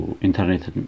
internet